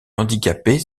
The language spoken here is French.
handicapait